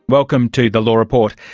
welcome to the law report.